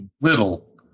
little